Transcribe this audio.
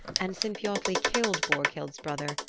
and sinfiotli killed borghild's brother,